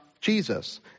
Jesus